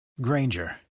Granger